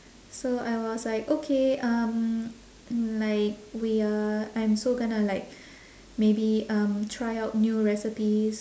so I was like okay um like we are I'm so gonna like maybe um try out new recipes